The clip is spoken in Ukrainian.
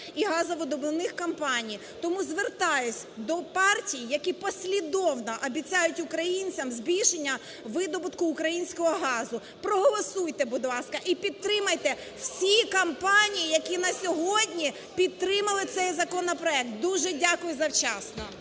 і газовидобувних компаній. Тому звертаюся до партій, які послідовно обіцяють українцям збільшення видобутку українського газу, проголосуйте, будь ласка, і підтримайте всі компанії, які на сьогодні підтримали цей законопроект. Дуже дякую завчасно.